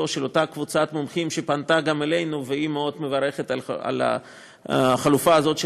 של אותה קבוצת מומחים שפנתה גם אלינו ומאוד מברכת על החלופה הזאת,